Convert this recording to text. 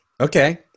Okay